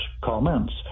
comments